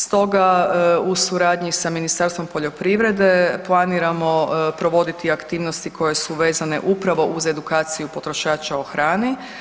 Stoga u suradnji sa Ministarstvom poljoprivrede planiramo provoditi aktivnosti koje su vezane upravo uz edukaciju potrošača o hrani.